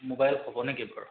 mobile হ'ব নেকি বাৰু